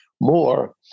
more